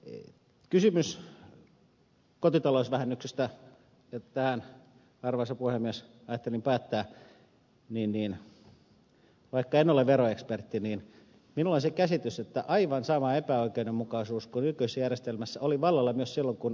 kysymykseen kotitalousvähennyksestä ja tähän arvoisa puhemies ajattelin päättää vaikka en ole veroekspertti minulla on se käsitys että aivan sama epäoikeudenmukaisuus kuin nykyisessä järjestelmässä oli vallalla myös silloin kun ed